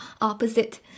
opposite